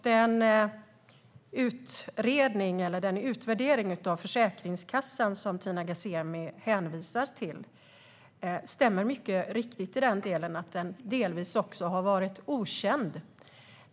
Det stämmer att den utvärdering av Försäkringskassan som Tina Ghasemi hänvisar till visar att jämställdhetsbonusen delvis har varit okänd.